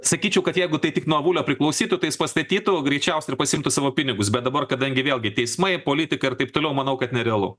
sakyčiau kad jeigu tai tik nuo avulio priklausytų tai jis pastatytų greičiausiai ir pasiimtų savo pinigus bet dabar kadangi vėlgi teismai politika ir taip toliau manau kad nerealu